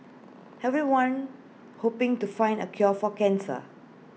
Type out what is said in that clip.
everyone hoping to find A cure for cancer